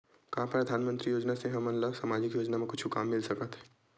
का परधानमंतरी योजना से हमन ला सामजिक योजना मा कुछु काम मिल सकत हे?